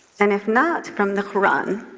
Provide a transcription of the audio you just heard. and if not from the quran,